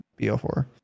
BO4